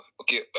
okay